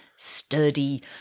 sturdy